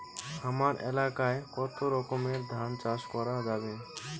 হামার এলাকায় কতো রকমের ধান চাষ করা যাবে?